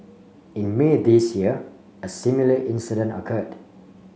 in May this year a similar incident occurred